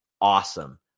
awesome